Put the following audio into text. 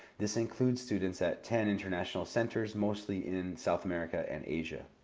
this includes students at ten international centers, mostly in south america and asia.